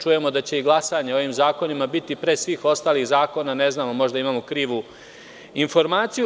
Čujemo da će i glasanje o ovim zakonima biti pre svih ostalih zakona, ne znamo možda imamo krivu informaciju.